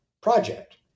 project